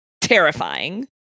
Terrifying